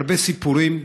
הרבה סיפורים,